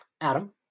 Adam